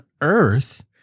earth